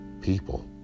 people